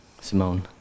Simone